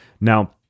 Now